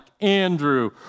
Andrew